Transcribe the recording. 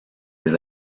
des